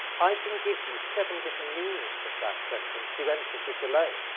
i can give you seven different meanings of that sentence to emphasis alone.